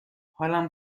حالم